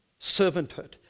servanthood